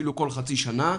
אפילו כל חצי שנה,